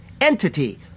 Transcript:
entity